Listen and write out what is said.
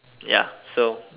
ya so